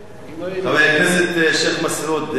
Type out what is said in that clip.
חבר הכנסת השיח' מסעוד גנאים,